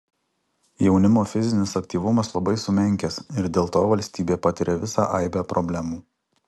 jaunimo fizinis aktyvumas labai sumenkęs ir dėl to valstybė patiria visą aibę problemų